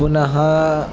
पुनः